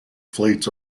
fleets